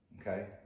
okay